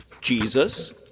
Jesus